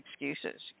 excuses